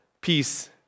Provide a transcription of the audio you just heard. peace